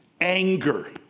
anger